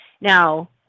now